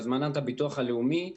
בהזמנת הביטוח הלאומי,